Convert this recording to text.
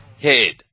head